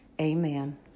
Amen